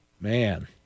Man